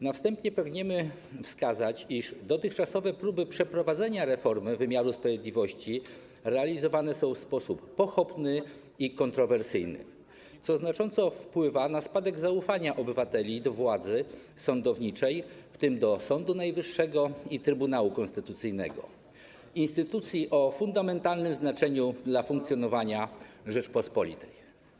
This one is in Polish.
Na wstępie pragniemy wskazać, iż dotychczasowe próby przeprowadzenia reformy wymiaru sprawiedliwości realizowane są w sposób pochopny i kontrowersyjny, co znacząco wpływa na spadek zaufania obywateli do władzy sądowniczej, w tym do Sądu Najwyższego i Trybunału Konstytucyjnego, instytucji o fundamentalnym znaczeniu dla funkcjonowania Rzeczypospolitej.